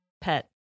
pet